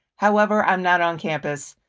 however, i'm not on campus.